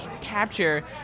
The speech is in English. capture